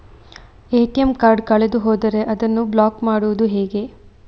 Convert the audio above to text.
ATM card ಕಳೆದು ಹೋದರೆ ಅದನ್ನು ಬ್ಲಾಕ್ ಮಾಡುವುದು ಹೇಗೆ?